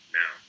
now